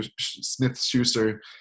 Smith-Schuster